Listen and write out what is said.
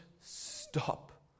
stop